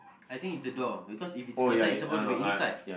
I think it's a door because if it's curtain it's supposed to be inside